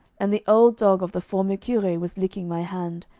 and the old dog of the former cure was licking my hand,